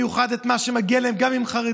המיוחד את מה שמגיע להם גם אם הם חרדים,